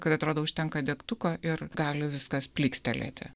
kuri atrodo užtenka degtuko ir gali viskas plykstelėti